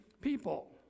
people